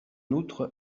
outre